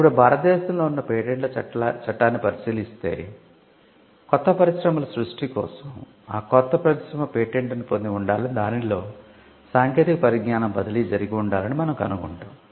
ఇప్పుడు భారతదేశంలో ఉన్న పేటెంట్ల చట్టాన్ని పరిశీలిస్తే కొత్త పరిశ్రమల సృష్టి కోసం ఆ కొత్త పరిశ్రమ పేటెంట్ను పొంది ఉండాలని దానిలో సాంకేతిక పరిజ్ఞానం బదిలీ జరిగి ఉండాలని మనం కనుగొంటాo